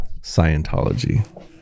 Scientology